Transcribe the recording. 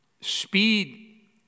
speed